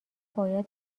باید